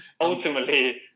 ultimately